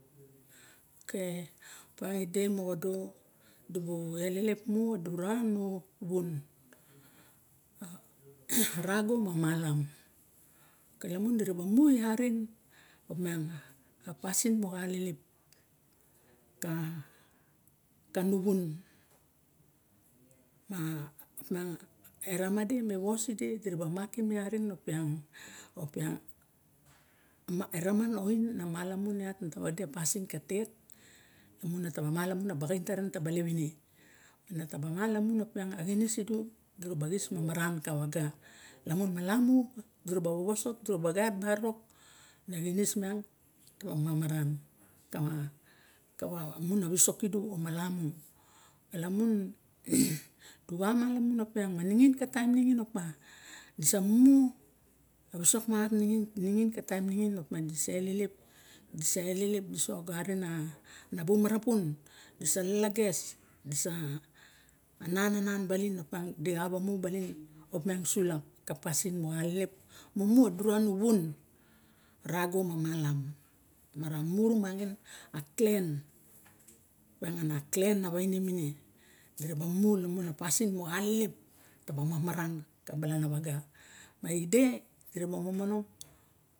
Ok opa ide moxa do di bu elelep mu duranu wun rogo ma malam lamun dira mu iat inung ma xo pasin moxa alelep kanu wun ma opiang e rama di me was sidi diga makim iat mung opiang e raman a oin na malamun iat nataba wade a pasin ka tet iamun nataba malamu a saxain tarem na ta balep ine mata ba mala mun xinis sidu dura ba xis maran ka waga na xinis miang ta ba mamaran kawa lamun opiang ma ningin ta taim ningina opma ta mu a wisok maxat moxa time ningin disa ogarin a opian sulap ka psin moxa malaniu mara wa mu rumangin a klen opiang ano klen waine mine dira ba mu lamun a pasin moxa alelep taba mamara ka balana waga ma ide diraba momonong